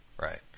Right